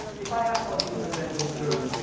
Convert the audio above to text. if i asked all of you, for example, in this room,